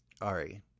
ari